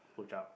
push up